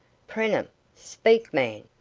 preenham! speak, man!